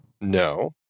No